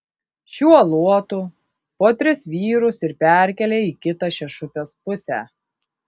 šiuo luotu po tris vyrus ir perkelia į kitą šešupės pusę